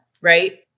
Right